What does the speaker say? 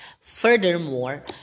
Furthermore